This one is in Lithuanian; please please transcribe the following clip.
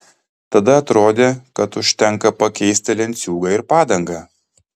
tada atrodė kad užtenka pakeisti lenciūgą ir padangą